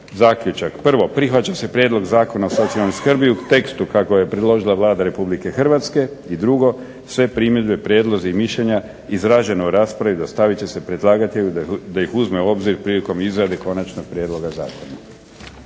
zaključak. Prvo. Prihvaća se Prijedlog zakona o socijalnoj skrbi u tekstu kako je predložila Vlada Republike Hrvatske. I drugo, sve primjedbe prijedlozi i mišljenja izražena u raspravi dostavit će se predlagatelju da ih uzme u obzir prilikom izrade konačnog prijedloga zakona.